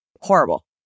horrible